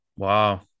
Wow